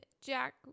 Jack